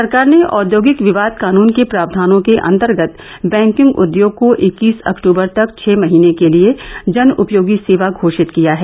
सरकार ने औद्योगिक विवाद कानून के प्राव्यानों के अंतर्गत बैंकिंग उद्योग को इक्कीस अक्टूबर तक छः महीने के लिये जन उपयोगी सेवा घोषित किया है